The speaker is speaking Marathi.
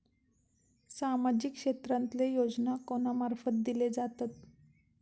सामाजिक क्षेत्रांतले योजना कोणा मार्फत दिले जातत?